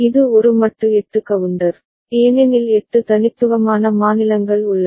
இது ஒரு மட்டு 8 கவுண்டர் ஏனெனில் 8 தனித்துவமான மாநிலங்கள் உள்ளன